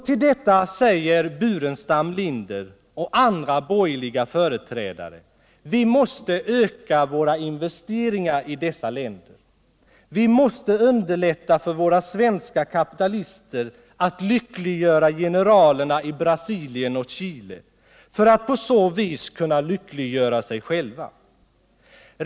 Till detta säger Staffan Burenstam Linder och andra borgerliga företrädare: Vi måste öka våra investeringar i dessa länder, vi måste underlätta för våra svenska kapitalister att lyckliggöra generalerna i Brasilien och Chile för att på så vis kunna lyckliggöra sig själva.